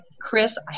Chris